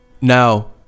Now